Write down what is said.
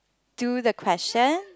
do the question